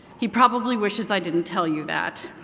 he probably wishes i didn't tell you that.